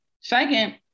Second